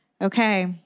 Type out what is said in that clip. Okay